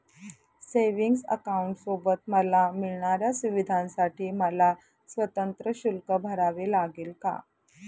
Savings अकाउंटसोबत मला मिळणाऱ्या सुविधांसाठी मला स्वतंत्र शुल्क भरावे लागेल का?